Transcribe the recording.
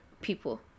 people